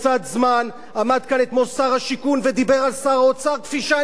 עמד כאן אתמול שר השיכון ודיבר על שר האוצר כפי שאני מעולם לא דיברתי